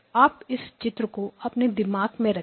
आप इस चित्र को अपने दिमाग में रखे